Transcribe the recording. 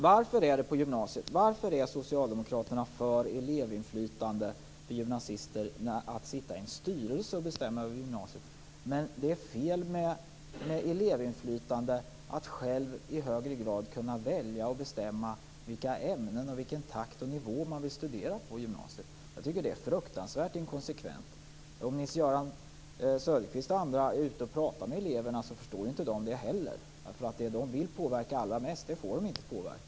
Varför är socialdemokraterna för elevinflytande för gymnasister när det är fråga om att sitta i en styrelse och bestämma över gymnasiet, men anser att det är fel med elevinflytande då det är fråga om att eleven själv i högre grad skall kunna välja och bestämma vilka ämnen, vilken takt och vilken nivå man vill studera på i gymnasiet? Jag tycker att det är fruktansvärt inkonsekvent. Om Nils Erik Söderqvist och andra är ute och pratar med eleverna måste de upptäcka att eleverna inte heller förstår det. Det de vill påverka allra mest får de inte påverka.